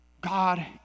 God